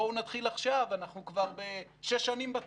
באו נתחיל עכשיו, אנחנו בתהליך הזה כבר שש שנים.